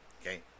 Okay